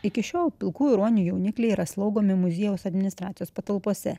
iki šiol pilkųjų ruonių jaunikliai yra slaugomi muziejaus administracijos patalpose